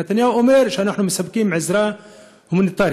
נתניהו אומר שאנחנו מספקים עזרה הומניטרית.